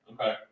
Okay